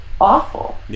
awful